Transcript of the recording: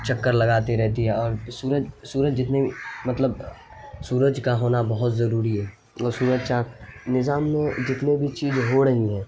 چکر لگاتے رہتی ہے اور سورج سورج جتنے بھی مطلب سورج کا ہونا بہت ضروری ہے اور سورج چاند نظام میں جتنے بھی چیزیں ہو رہی ہیں